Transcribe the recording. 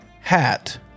hat